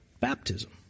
baptism